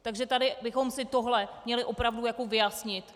Takže tady bychom si tohle měli opravdu vyjasnit.